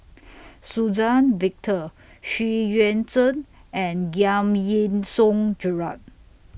Suzann Victor Xu Yuan Zhen and Giam Yean Song Gerald